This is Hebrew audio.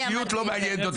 האישיות לא מעניינת אותי.